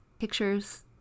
Pictures